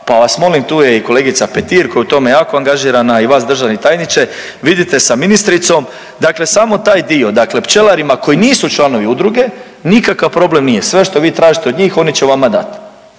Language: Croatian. Pa vas molim tu je i kolegica Petir koja je u tome jako angažirana i vas državni tajniče vidite sa ministricom dakle samo taj dio. Dakle, pčelarima koji nisu članovi udruge nikakav problem nije, sve što vi tražite od njih oni će vama dati